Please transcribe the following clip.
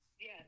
Yes